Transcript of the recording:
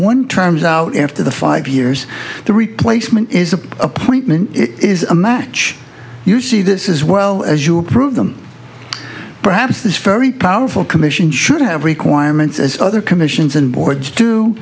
one terms out after the five years the replacement is the appointment it is a match you see this is well as you approve them perhaps this very powerful commission should have requirements as other commissions and boards to